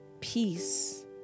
peace